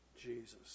Jesus